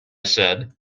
said